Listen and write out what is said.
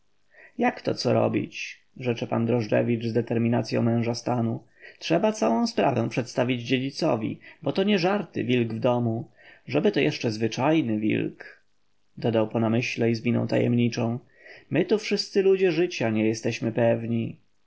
jakto co robić rzecze pan drożdżewicz z determinacyą męża stanu trzeba całą sprawę przedstawić dziedzicowi bo to nie żarty wilk w domu żeby to jeszcze zwyczajny wilk dodał po namyśle i z miną tajemniczą my tu wszyscy ludzie życia nie jesteśmy pewni